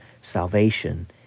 salvation